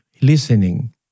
listening